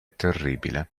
terribile